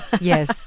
Yes